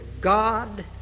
God